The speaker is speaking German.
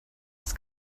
das